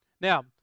Now